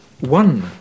One